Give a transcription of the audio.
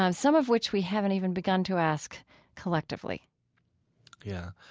um some of which we haven't even begun to ask collectively yeah.